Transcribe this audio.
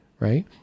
right